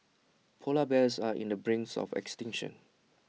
Polar Bears are in the brink of extinction